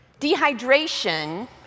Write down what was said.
Dehydration